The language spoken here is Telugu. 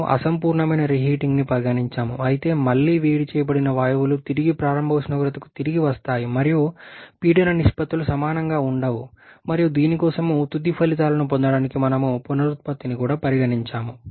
మేము అసంపూర్ణమైన రీహీటింగ్ని పరిగణించాము అయితే మళ్లీ వేడి చేయబడిన వాయువులు తిరిగి ప్రారంభ ఉష్ణోగ్రతకు తిరిగి వస్తాయి మరియు పీడన నిష్పత్తులు సమానంగా ఉండవు మరియు దీని కోసం తుది ఫలితాలను పొందడానికి మేము పునరుత్పత్తిని కూడా పరిగణించాము